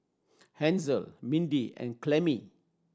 Hansel Mindy and Clemmie